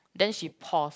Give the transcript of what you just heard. then she pause